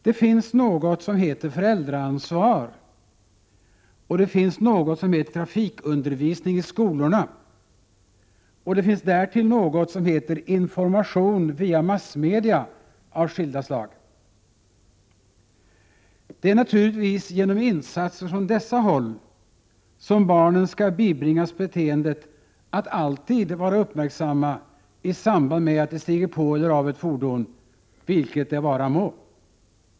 Det finns något som heter föräldraansvar, och det finns något som heter trafikundervisning i skolorna, och det finns därtill något som heter information via massmedia av skilda slag. Det är naturligtvis genom insatser från dessa håll som barnen skall bibringas beteendet att alltid vara uppmärksamma i samband med att de stiger på eller av ett fordon, vilket det vara må.